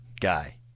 guy